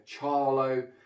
Charlo